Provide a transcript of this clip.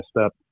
step